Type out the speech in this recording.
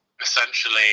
essentially